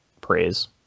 praise